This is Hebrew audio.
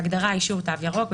בתקנה 1 בהגדרה "אישור "תו ירוק"",